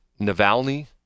Navalny